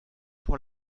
pour